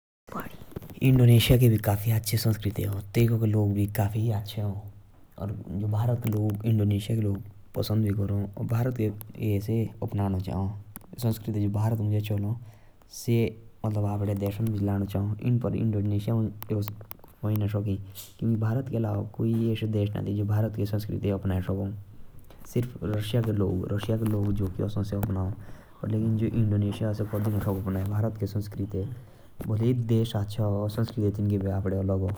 इंडोनेशिया के भी काफी अच्छा संस्कृतिए आ। तइका के लोग भारत के लोगुक काफी अच्छा माना। से भारत के संस्कृतिए अच्छे माना।